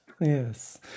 Yes